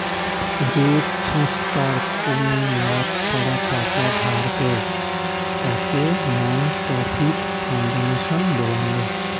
যে ছংস্থার কোনো লাভ ছাড়া টাকা ধার দেয়, তাকে নন প্রফিট ফাউন্ডেশন বলাঙ্গ